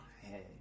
Hey